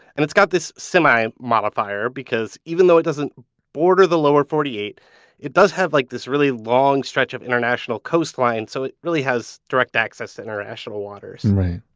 and it's got this semi-modifier because even though it doesn't border the lower forty eight it does have like this really long stretch of international coastline, so it really has direct access to international waters right,